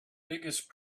biggest